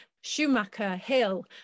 Schumacher-Hill